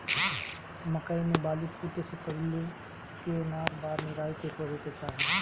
मकई मे बाली फूटे से पहिले केतना बार निराई करे के चाही?